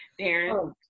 Darren